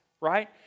right